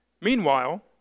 Meanwhile